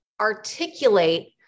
articulate